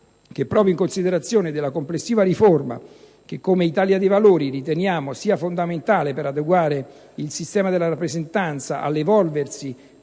proprio in considerazione della complessiva riforma che come Italia dei Valori riteniamo fondamentale per adeguare il sistema della rappresentanza all'evolversi